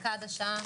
הישיבה ננעלה בשעה